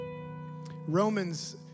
Romans